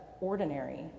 ordinary